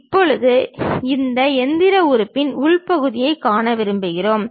இப்போது அந்த இயந்திர உறுப்பின் உள் பகுதியைக் காண விரும்புகிறோம்